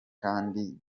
kandi